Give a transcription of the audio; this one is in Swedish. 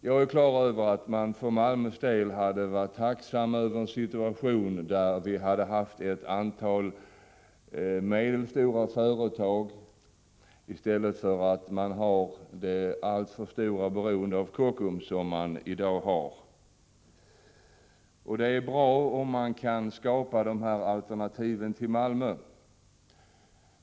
Det är klart att man för Malmös vidkommande hade varit tacksam, om man hade haft ett antal medelstora företag i stället för dagens alltför stora beroende av Kockums. Det är bra om alternativ kan skapas när det gäller Malmö.